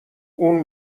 اون